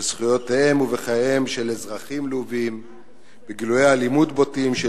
בזכויותיהם ובחייהם של אזרחים לובים ובגילויי אלימות בוטים של